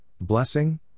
Blessing